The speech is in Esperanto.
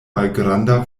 malgranda